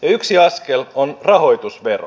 yksi askel on rahoitusvero